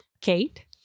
Kate